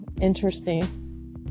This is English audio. interesting